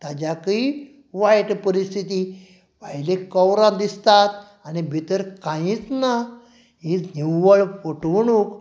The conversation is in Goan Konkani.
ताज्याकय वायट परिस्थिती भायलीं कवरां दिसतात आनी भितर कांयच ना ही निव्वळ फटवणूक